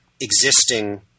existing